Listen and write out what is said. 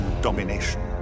domination